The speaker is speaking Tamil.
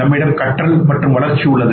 நம்மிடம் கற்றல் மற்றும் வளர்ச்சி உள்ளது